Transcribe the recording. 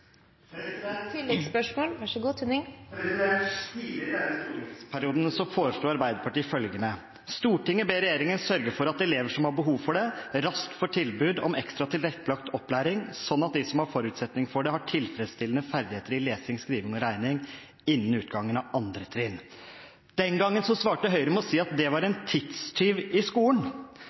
i denne stortingsperioden foreslo Arbeiderpartiet følgende: «Stortinget ber regjeringen sørge for at elever som har behov for det, raskt får tilbud om ekstra tilrettelagt opplæring, slik at alle som har forutsetning for det, har tilfredsstillende ferdigheter i lesing, skriving og regning innen utgangen av 2. trinn.» Den gangen svarte Høyre med å si at det var en tidstyv i skolen.